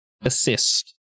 assist